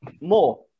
More